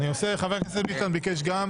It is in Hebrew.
גם חבר הכנסת ביטן ביקש להתייחס.